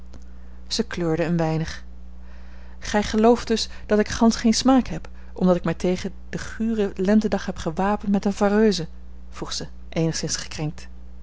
zij kleurde een weinig gij gelooft dus dat ik gansch geen smaak heb omdat ik mij tegen den guren lentedag heb gewapend met eene vareuse vroeg zij eenigszins gekrenkt